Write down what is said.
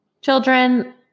children